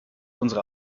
unsere